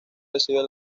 recibe